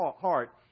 heart